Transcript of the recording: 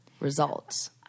results